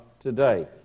today